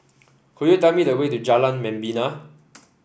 could you tell me the way to Jalan Membina